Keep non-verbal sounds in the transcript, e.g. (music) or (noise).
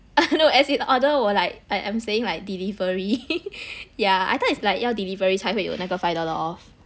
(laughs) no as in order 我 like I I'm saying like delivery (laughs) yeah I thought is like 要 delivery 才会有那个 five dollar off